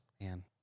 Man